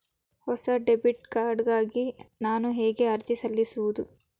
ಹೊಸ debit card ಗಾಗಿ ನಾನು ಹೇಗೆ ಅರ್ಜಿ ಸಲ್ಲಿಸುವುದು?